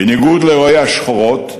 בניגוד לרואי השחורות,